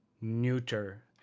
neuter